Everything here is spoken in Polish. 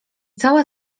cała